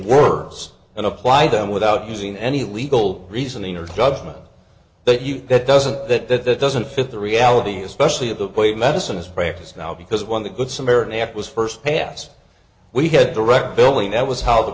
and apply them without using any legal reasoning or judgment that you that doesn't that doesn't fit the reality especially of the way medicine is practiced now because when the good samaritan act was first passed we had direct billing that was how the